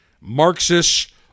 Marxist